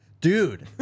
dude